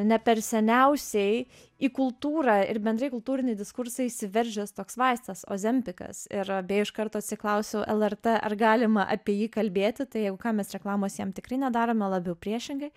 ne per seniausiai į kultūrą ir bendrai kultūrinį diskursą įsiveržęs toks vaistas ozempikas ir beje iš karto atsiklausiau lrt ar galima apie jį kalbėti tai jeigu ką mes reklamos jam tikrai nedarome labiau priešingai